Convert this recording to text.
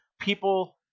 people